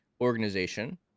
organization